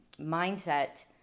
mindset